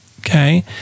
Okay